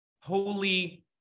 holy